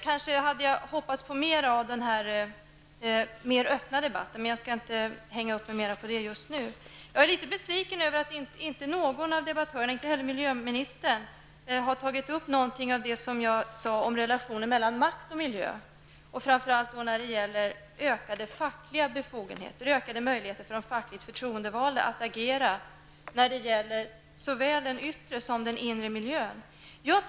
Jag hade hoppats på mer av denna öppnare debatt, men jag skall just nu inte hänga upp mig mer på det. Jag är litet besviken över att inte någon av debattörerna -- inte heller miljöministern -- har tagit upp någonting av det jag sade om relationen mellan makt och miljö, framför allt frågan om ökade möjligheter för fackligt förtroendevalda att agera när det gäller såväl den yttre som den inre miljön.